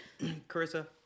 Carissa